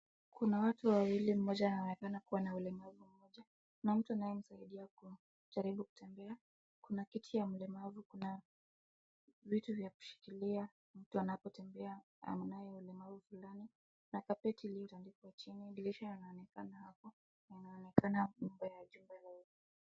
Kuna watu wawili mmoja anaonekana kuwa na ulemavu, mmoja kuna mtu anayemsaidia kujaribu kutembea kuna kiti ya mlemavu kuna vitu vya kushikilia mtu anapotembea anaye ulemavu fulani na kapeti iliyo tandikwa hapo chini, dirisha yanaonekana hapo inaonekana kumpea jaumba.